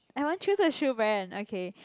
I want choose a shoe brand okay